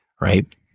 right